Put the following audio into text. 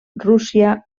rússia